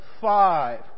five